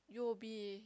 u_o_b